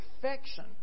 perfection